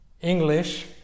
English